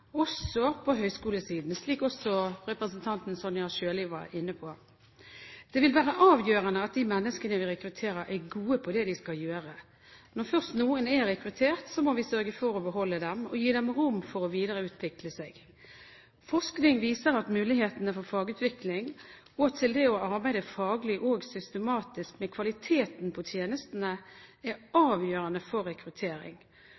også på høgskolesiden, slik også representanten Sonja Irene Sjøli var inne på. Det vil være avgjørende at de menneskene vi rekrutterer, er gode på det de skal gjøre. Når først noen er rekruttert, må vi sørge for å beholde dem og gi dem rom for å videreutvikle seg. Forskning viser at mulighetene for fagutvikling og til det å arbeide faglig og systematisk med kvaliteten på tjenestene, er